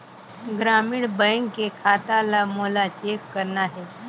ग्रामीण बैंक के खाता ला मोला चेक करना हे?